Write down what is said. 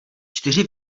čtyři